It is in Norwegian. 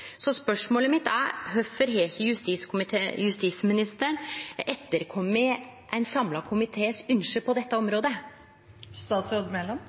Så spørsmålet mitt er: Kvifor har ikkje justisministeren retta seg etter ynsket frå ein samla komité på dette